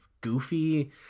goofy